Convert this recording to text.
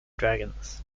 dragons